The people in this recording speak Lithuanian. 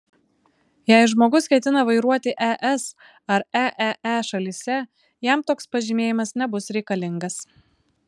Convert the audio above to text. jei žmogus ketina vairuoti es ar eee šalyse jam toks pažymėjimas nebus reikalingas